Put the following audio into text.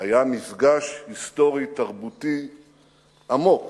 היה מפגש היסטורי תרבותי עמוק